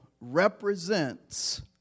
represents